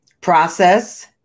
Process